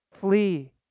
flee